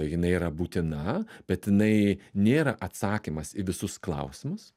jinai yra būtina bet jinai nėra atsakymas į visus klausimus